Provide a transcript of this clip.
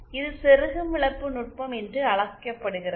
இது செருகும் இழப்பு நுட்பம் என்று அழைக்கப்படுகிறது